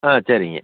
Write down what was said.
ஆ சரிங்க